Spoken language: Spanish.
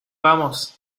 vamos